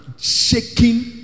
shaking